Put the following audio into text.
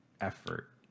effort